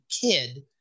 kid